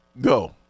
go